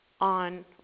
on